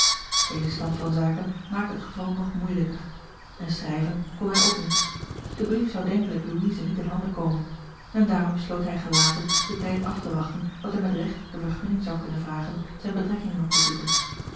deze stand van zaken maakte het geval nog moeijelijker en schrijven kon hij ook niet de brief zou denkelijk louise niet in handen komen en daarom besloot hij gelaten den tijd af te wachten dat hij met regt de vergunning zou kunnen vragen zijne betrekkingen op te zoeken